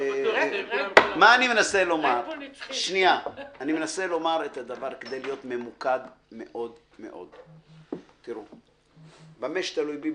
אני מנסה לומר את הדבר הבא כדי להיות ממוקד מאוד מאוד: במה שתלוי בי,